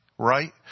Right